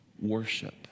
worship